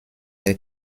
der